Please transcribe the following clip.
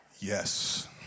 Yes